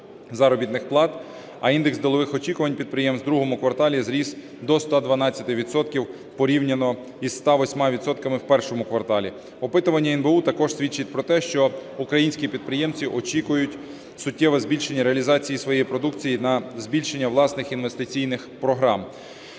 заробітних плат, а індекс ділових очікувань підприємств у другому кварталі зріс до 112 відсотків порівняно із 108 відсотками в першому кварталі. Опитування НБУ також свідчить про те, що українські підприємстві очікують суттєве збільшення реалізації своєї продукції на збільшення власних інвестиційних програм,